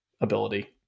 Ability